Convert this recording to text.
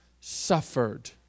suffered